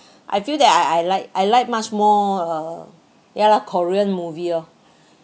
I feel that I I like I like much more uh ya lor korean movie lor